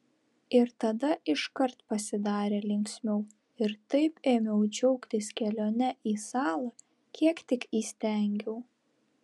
ir tada iškart pasidarė linksmiau ir taip ėmiau džiaugtis kelione į salą kiek tik įstengiau